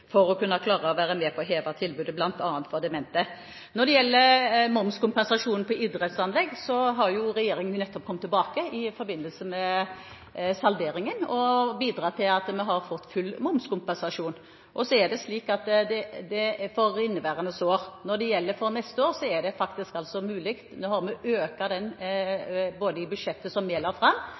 som faktisk kunne gått til styrking av og vært med på å heve tilbudet bl.a. til demente. Når det gjelder momskompensasjon for idrettsanlegg, har regjeringen nettopp kommet tilbake i forbindelse med salderingen og bidratt til at vi har fått full momskompensasjon, og det er for inneværende år. Når det gjelder neste år, har vi økt det i det budsjettet som vi har lagt fram,